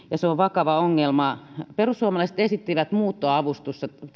ja se on vakava ongelma perussuomalaiset esittivät muuttoavustusta